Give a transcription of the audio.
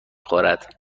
خورد